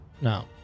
No